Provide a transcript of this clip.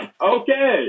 okay